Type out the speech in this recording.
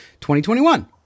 2021